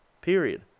period